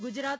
Gujarat